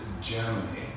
Germany